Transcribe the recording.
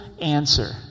answer